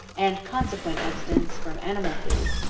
and consequent abstinence from animal food,